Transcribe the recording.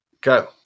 go